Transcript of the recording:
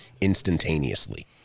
instantaneously